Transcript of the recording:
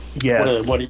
Yes